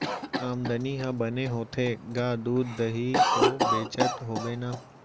आमदनी ह बने होथे गा, दूद, दही तो बेचत होबे ना?